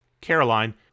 Caroline